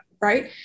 right